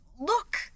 look